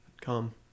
Come